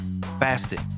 fasting